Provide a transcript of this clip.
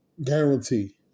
Guarantee